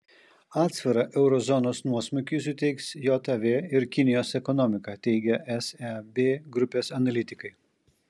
atsvarą euro zonos nuosmukiui suteiks jav ir kinijos ekonomika teigia seb grupės analitikai